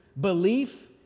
Belief